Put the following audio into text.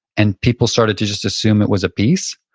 and people started to just assume it was a piece.